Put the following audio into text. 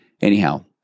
Anyhow